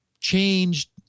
changed